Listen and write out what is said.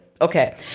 okay